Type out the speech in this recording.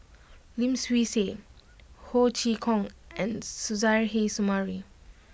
Lim Swee Say Ho Chee Kong and Suzairhe Sumari